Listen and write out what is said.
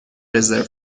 رزرو